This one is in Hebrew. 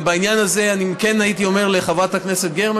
בעניין הזה אני כן הייתי אומר לחברת הכנסת גרמן